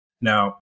Now